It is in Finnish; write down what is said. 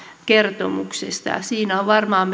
kertomuksesta siinä on varmaan